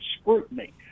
scrutiny